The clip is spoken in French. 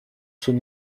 son